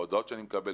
בהודעות שאני מקבל,